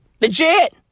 Legit